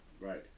right